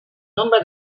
nombre